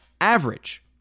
average